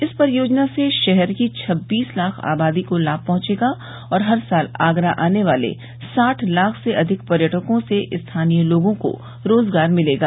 इस परियोजना से शहर की छब्बीस लाख आबादी को लाभ पहुंचेगा और हर साल आगरा आने वाले साठ लाख से अधिक पर्यटकों से स्थानीय लोगों को रोजगार मिलेगा